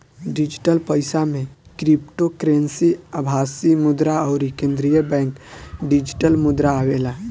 digital पईसा में cryptocurrency, आभासी मुद्रा अउरी केंद्रीय बैंक डिजिटल मुद्रा आवेला